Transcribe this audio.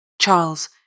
Charles